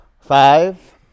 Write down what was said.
Five